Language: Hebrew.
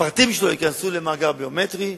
שהפרטים שלו ייכנסו למאגר ביומטרי,